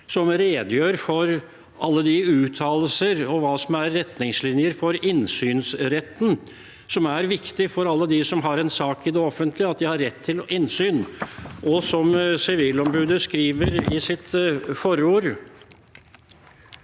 Den redegjør for alle uttalelser om hva som er retningslinjer for innsynsretten, noe som er viktig for alle dem som har en sak i det offentlige, at de har rett til innsyn. Sivilombudet skriver i sitt forord: